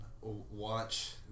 watch